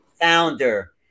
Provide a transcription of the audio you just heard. Founder